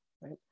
right